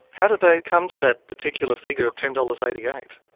how did they come to that particular figure of ten dollars. eighty eight?